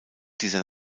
dieser